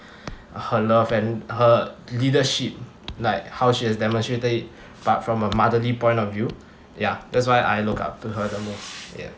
her love and her leadership like how she has demonstrated it but from a motherly point of view ya that's why I look up to her the most ya